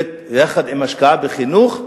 ויחד עם השקעה בחינוך,